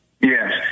Yes